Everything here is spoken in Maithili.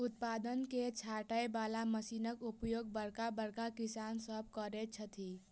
उत्पाद के छाँटय बला मशीनक उपयोग बड़का बड़का किसान सभ करैत छथि